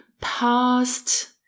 past